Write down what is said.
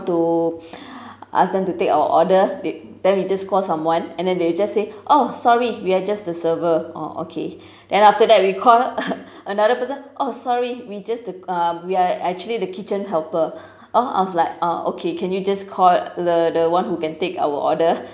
to ask them to take our order the then we just call someone and then they just say oh sorry we are just the server oh okay then after that we call another person oh sorry we just the uh we are actually the kitchen helper oh I was like ah okay can you just call the the one who can take our order